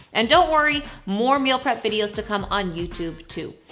and don't worry, more meal prep videos to come on youtube, too.